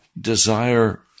desire